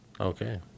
Okay